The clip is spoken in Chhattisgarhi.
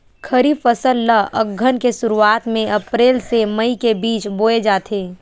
खरीफ फसल ला अघ्घन के शुरुआत में, अप्रेल से मई के बिच में बोए जाथे